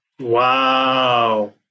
Wow